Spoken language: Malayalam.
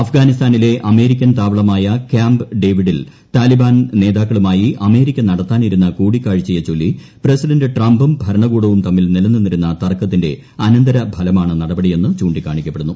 അഫ്ഗാനിസ്ഥാനിലെ അമേരിക്കൻ താവളമായ ക്യാമ്പ് ഡേവിഡിൽ താലിബാൻ നേതാക്കളുമായി അമേരിക്ക നടത്താനിരുന്ന കൂടിക്കാഴ്ചയെ ചൊല്ലി പ്രസിഡന്റ് ട്രംപും ഭരണകൂടവും തമ്മിൽ നിലനിന്നിരുന്ന തർക്കത്തിന്റെ അനന്തരഫലമാണ് നടപടിയെന്ന് ചൂണ്ടിക്കാണിക്കപ്പെടുന്നു